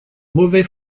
mauvais